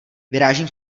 vyrážím